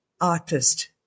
artist